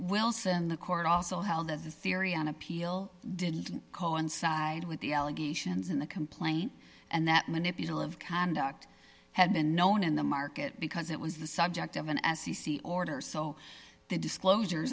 wilson the court also held as a theory on appeal didn't coincide with the allegations in the complaint and that manipulative conduct had been known in the market because it was the subject of an s e c order so they disclosure